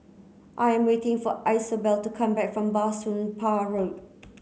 I am waiting for Isobel to come back from Bah Soon Pah Road